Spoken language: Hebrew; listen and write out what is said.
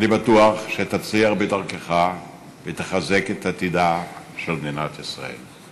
אני בטוח שתצליח בדרכך ותחזק את עתידה של מדינת ישראל.